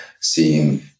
seeing